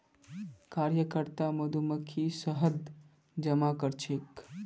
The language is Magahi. कार्यकर्ता मधुमक्खी शहद जमा करछेक